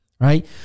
right